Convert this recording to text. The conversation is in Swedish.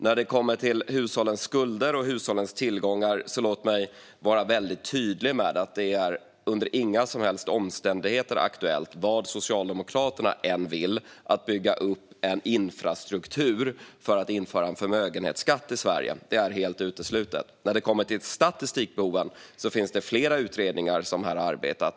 När det kommer till hushållens skulder och tillgångar vill jag vara väldigt tydlig med att det under inga som helst omständigheter är aktuellt, vad Socialdemokraterna än vill, att bygga upp en infrastruktur för att införa en förmögenhetsskatt i Sverige. Det är helt uteslutet. När det kommer till statistikbehoven finns det flera utredningar som har arbetat.